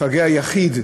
מפגע יחיד,